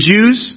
Jews